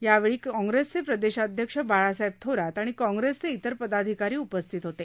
यावेळी काँग्रेसचे प्रदेशाध्यक्ष बाळासाहेब थोरात आणि काँग्रेसचे इतर पदाधिकारी उपस्थित होते